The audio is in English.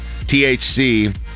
THC